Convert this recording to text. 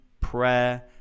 prayer